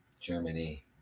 Germany